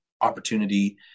opportunity